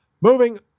moving